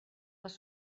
les